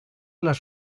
las